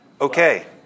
okay